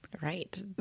right